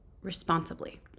responsibly